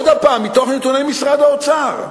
עוד פעם מתוך נתוני משרד האוצר,